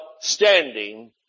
standing